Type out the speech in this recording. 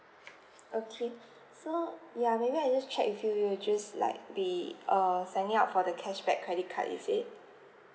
okay so ya maybe I just check with you will just like be err signing up for the cashback credit card is it